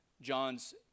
John's